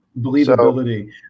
Believability